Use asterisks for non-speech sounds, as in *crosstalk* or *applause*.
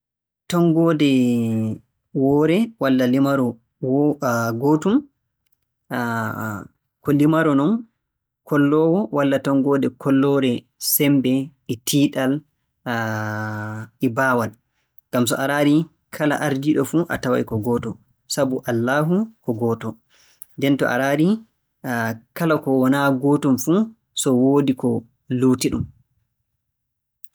Tonngoode woore walla limaro wo- ngootum *hesitation* *noise* ko limaro non kolloowo walla tonngoode kolloore semmbe e tiiɗal, *hesitation* e baawal. Ngam so a raari kala ardiiɗo fuu gooto, sabu Allaahu ko gooto. Nden to a raari *hesitation* kala ko wonaa ngootum fuu so woodi ko luuti-ɗum.